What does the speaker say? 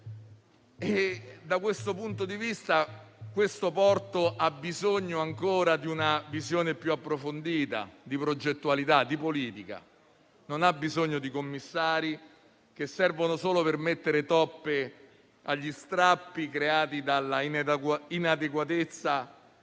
Da questo punto di vista, il porto di Venezia ha ancora bisogno di una visione più approfondita, di progettualità, di politica; non ha bisogno di commissari che servono solo a mettere toppe agli strappi creati dalla inadeguatezza